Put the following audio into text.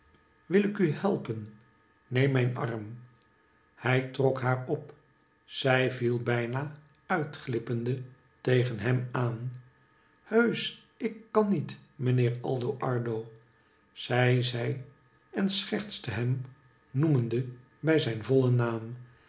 wil ik u helpen neem mijn arm hij trok haar op zij viel bijna uitglippende tegen hem aan heusch ik kan niet meneer aldo ardo zei zij en schertste hem noemende bij zijn vollen naam